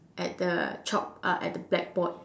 at the chalk uh at the black board